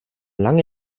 lange